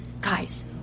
guys